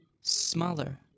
smaller